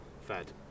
Fed